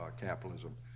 capitalism